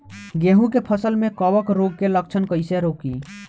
गेहूं के फसल में कवक रोग के लक्षण कईसे रोकी?